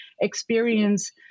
experience